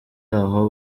aho